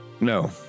No